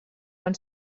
van